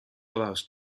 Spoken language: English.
allows